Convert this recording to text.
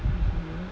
mmhmm